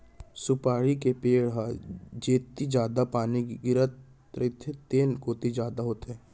सुपारी के पेड़ ह जेती जादा पानी गिरत रथे तेन कोती जादा होथे